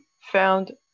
found